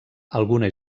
alguna